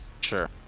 sure